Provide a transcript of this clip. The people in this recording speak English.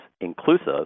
inclusive